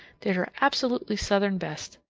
did her absolutely southern best.